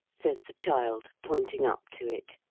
says the child, pointing up to it,